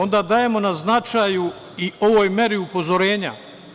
Onda dajemo na značaju i ovoj meri upozorenja.